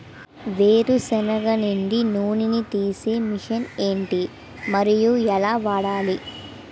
వేరు సెనగ నుండి నూనె నీ తీసే మెషిన్ ఏంటి? మరియు ఎలా వాడాలి?